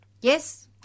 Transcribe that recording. yes